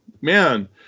man